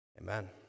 Amen